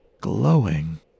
glowing